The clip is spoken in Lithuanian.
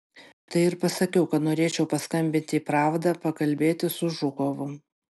tai ir pasakiau kad norėčiau paskambinti į pravdą pakalbėti su žukovu